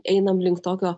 einam link tokio